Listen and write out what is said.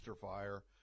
fire